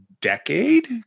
decade